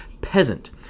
peasant